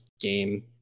game